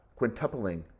Quintupling